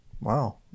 Wow